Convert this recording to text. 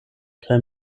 kaj